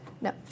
No